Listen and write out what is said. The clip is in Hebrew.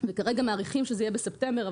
וכרגע מעריכים שזה יהיה בספטמבר,